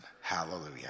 Hallelujah